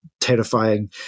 terrifying